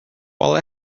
while